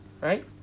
Right